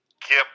Kip